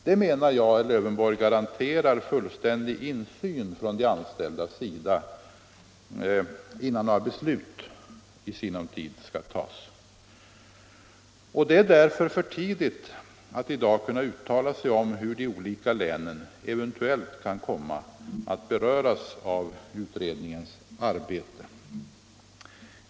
Detta skall ske innan några beslut i sinom tid fattas, och jag menar, herr Lövenborg, Om vägverkets att det garanterar fullständig insyn för de anställda. planerade omorga Det är därför i dag för tidigt att uttala sig om hur de olika länen nisation eventuellt kan komma att beröras av utredningens arbete.